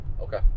okay